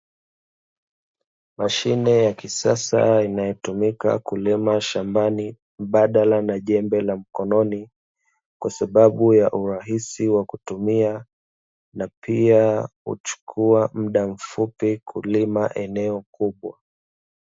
Mashine ya kisasa, inayotumika kulima shambani mbadala na jembe la mkononi kwa sababu ya urahisi wa kutumia, na pia huchukua muda mfupi kulima eneo kubwa.